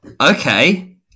Okay